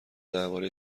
درباره